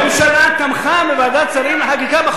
הממשלה תמכה בחוק בוועדת שרים לחקיקה.